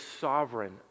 sovereign